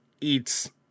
eats